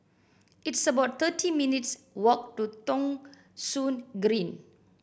it's about thirty minutes' walk to Thong Soon Green